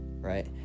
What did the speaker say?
Right